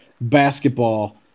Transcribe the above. basketball